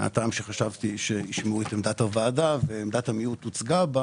שחשבתי שישמעו את עמדת הוועדה ועמדת המיעוט הוצגה בה,